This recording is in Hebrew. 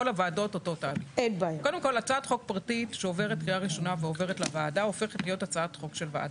בשלב הזה הצעת החוק היא הצעת החוק של הוועדה,